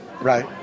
Right